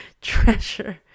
Treasure